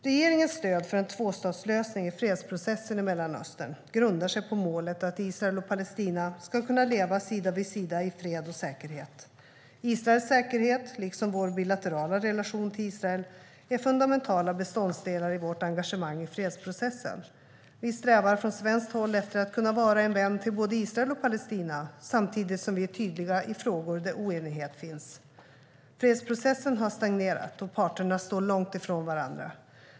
Regeringens stöd för en tvåstatslösning i fredsprocessen i Mellanöstern grundar sig på målet att Israel och Palestina ska kunna leva sida vid sida i fred och säkerhet. Israels säkerhet, liksom vår bilaterala relation till Israel, är fundamentala beståndsdelar i vårt engagemang i fredsprocessen. Vi strävar från svenskt håll efter att kunna vara en vän till både Israel och Palestina, samtidigt som vi är tydliga i frågor där oenighet finns. Fredsprocessen har stagnerat, och parterna står långt ifrån varandra.